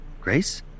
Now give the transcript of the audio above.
Grace